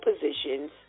positions